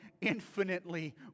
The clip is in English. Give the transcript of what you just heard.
infinitely